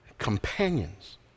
companions